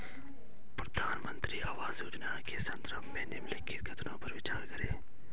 प्रधानमंत्री आवास योजना के संदर्भ में निम्नलिखित कथनों पर विचार करें?